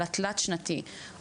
על התלת שנתי,